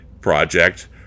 project